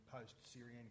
post-Syrian